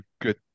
good